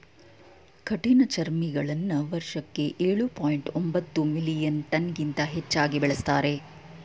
ಕಠಿಣಚರ್ಮಿಗಳನ್ನ ವರ್ಷಕ್ಕೆ ಎಳು ಪಾಯಿಂಟ್ ಒಂಬತ್ತು ಮಿಲಿಯನ್ ಟನ್ಗಿಂತ ಹೆಚ್ಚಾಗಿ ಬೆಳೆಸ್ತಾರೆ